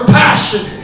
passion